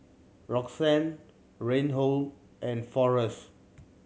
Roxann Reinhold and Forrest